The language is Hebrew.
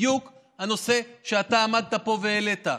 בדיוק הנושא שאתה עמדת פה והעלית.